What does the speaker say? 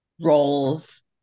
roles